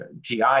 GI